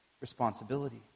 responsibility